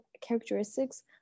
characteristics